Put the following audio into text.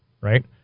Right